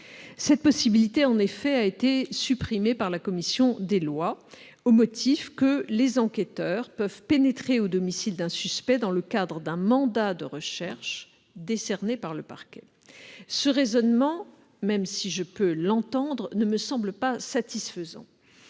Cette possibilité a été supprimée par la commission des lois au motif que les enquêteurs peuvent pénétrer au domicile d'un suspect dans le cadre d'un mandat de recherche délivré par le parquet. Ce raisonnement, même si je peux l'entendre, ne me semble pas satisfaisant.